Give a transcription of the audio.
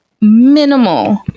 minimal